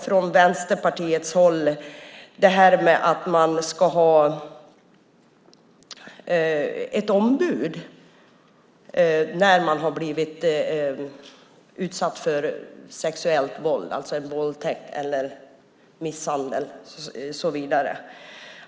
Från Vänsterpartiets håll har vi också föreslagit ombud när man har blivit utsatt för sexuellt våld - våldtäkt, misshandel och så vidare.